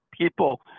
people